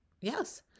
Yes